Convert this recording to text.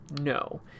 no